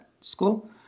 school